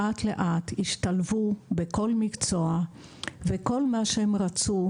לאט לאטו השתלבו בכל מקצוע וכל מה שהם רצו,